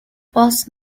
post